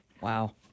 wow